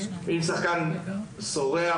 קשה לזהות שחקן שסורח.